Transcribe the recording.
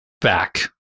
back